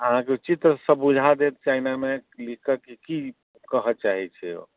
अहाँके चित्रसँ बुझा देत चाइनामे कि लिखकऽ कि कहै चाहै छै ओ